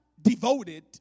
Devoted